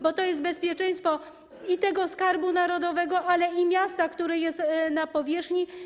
Bo to jest bezpieczeństwo i tego skarbu narodowego, i miasta, które jest na powierzchni.